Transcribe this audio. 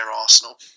Arsenal